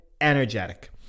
energetic